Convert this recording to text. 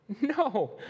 No